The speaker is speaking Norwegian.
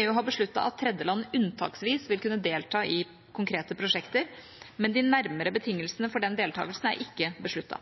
EU har besluttet at tredjeland unntaksvis vil kunne delta i konkrete prosjekter, men de nærmere betingelsene for denne deltakelsen er ikke